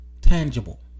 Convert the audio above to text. tangible